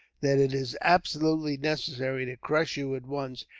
that it is absolutely necessary to crush you at once,